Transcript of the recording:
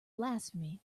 blasphemy